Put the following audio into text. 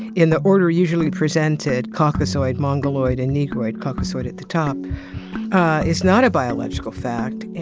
in the order usually presented caucasoid, mongoloid and negroid, caucasoid at the top is not a biological fact, and.